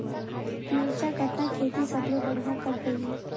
मिरचा कतना खेती सबले बढ़िया कब होही?